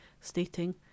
stating